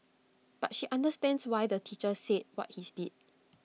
but she understands why the teacher said what he's did